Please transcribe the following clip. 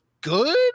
good